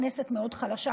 הכנסת מאוד חלשה,